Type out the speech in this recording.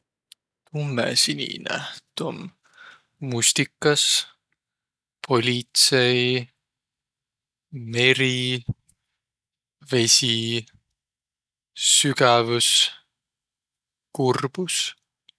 Tummõsinine, tuu om mustikas, politsei, meri, vesi, sügävüs, kurbus.